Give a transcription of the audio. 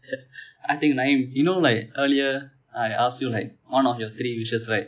I think naeem you know like earlier I ask you like one of your three wishes right